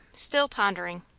still pondering.